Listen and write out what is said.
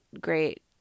great